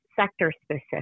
sector-specific